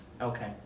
Okay